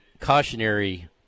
cautionary